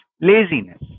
laziness